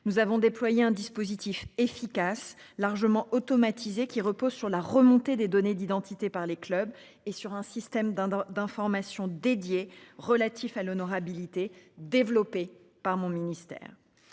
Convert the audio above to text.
nous avons déployé un dispositif efficace largement automatisés qui repose sur la remontée des données d'identité par les clubs et sur un système d'un d'information dédié relatif à l'honorabilité développé par mon ministère